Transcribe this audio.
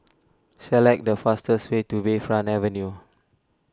select the fastest way to Bayfront Avenue